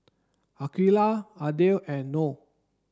Aqeelah Aidil and Noh